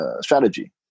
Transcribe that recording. strategy